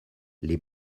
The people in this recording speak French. les